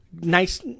nice